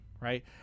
right